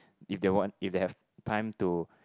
if they want if they have time to